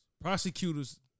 Prosecutors